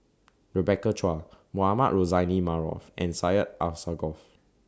Rebecca Chua Mohamed Rozani Maarof and Syed Alsagoff